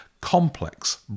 complex